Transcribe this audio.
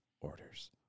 orders